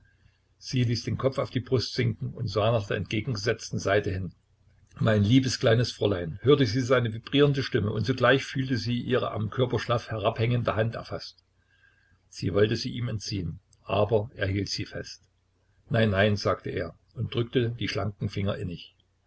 sie ließ den kopf auf die brust sinken und sah nach der entgegengesetzten seite hin mein liebes kleines fräulein hörte sie seine vibrierende stimme und zugleich fühlte sie ihre am körper schlaff herabhängende hand erfaßt sie wollte sie ihm entziehen aber er hielt sie fest nein nein sagte er und drückte die schlanken finger